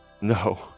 No